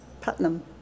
Putnam